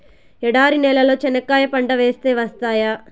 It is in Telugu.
ఎడారి నేలలో చెనక్కాయ పంట వేస్తే వస్తాయా?